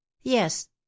Yes